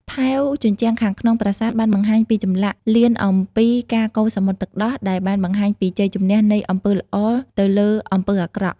ថែវជញ្ជាំងខាងក្នុងប្រាសាទបានបង្ហាញពីចម្លាក់លៀនអំពីការកូរសមុទ្រទឹកដោះ ដែលបានបង្ហាញពីជ័យជម្នះនៃអំពើល្អទៅលើអំពើអាក្រក់។